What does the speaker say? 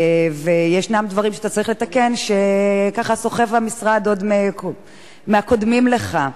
וישנם דברים שאתה צריך לתקן שהמשרד סוחב ככה עוד מהקודמים לך.